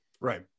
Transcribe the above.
right